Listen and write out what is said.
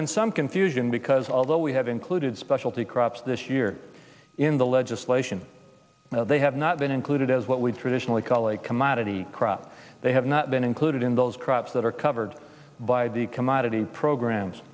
been some confusion because although we have included specialty crops this year in the legislation they have not been included as what we traditionally call a commodity crop they have not been included in those crops that are covered by the commodity